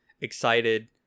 excited